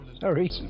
Sorry